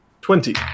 Twenty